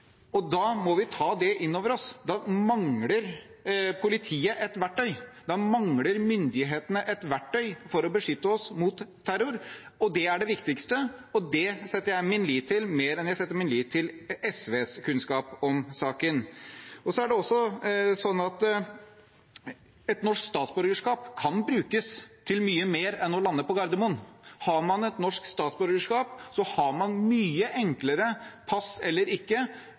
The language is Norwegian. Da må vi ta det inn over oss. Da mangler politiet et verktøy. Da mangler myndighetene et verktøy for å beskytte oss mot terror, og det er det viktigste. Det setter jeg min lit til, mer enn jeg setter min lit til SVs kunnskap om saken. Det er også sånn at et norsk statsborgerskap kan brukes til mye mer enn å lande på Gardermoen. Har man et norsk statsborgerskap, kan man mye enklere – pass eller ikke